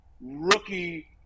rookie